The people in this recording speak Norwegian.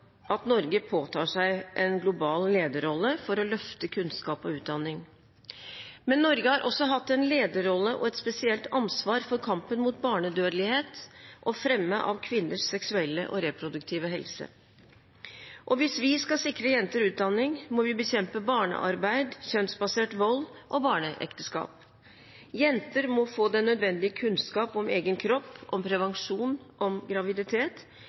at Norge påtar seg en global lederrolle for å løfte kunnskap og utdanning. Men Norge har også hatt en lederrolle og et spesielt ansvar for kampen mot barnedødelighet og fremme av kvinners seksuelle og reproduktive helse. Hvis vi skal sikre jenter utdanning, må vi bekjempe barnearbeid, kjønnsbasert vold og barneekteskap. Jenter må få den nødvendige kunnskap om egen kropp, om prevensjon og om graviditet,